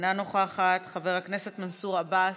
אינה נוכחת, חבר הכנסת מנסור עבאס,